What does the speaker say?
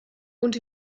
und